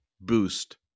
boost